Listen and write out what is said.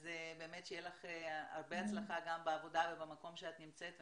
שתהיה לך הרבה הצלחה גם בעבודה ובמקום שאת נמצאת בו,